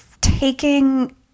taking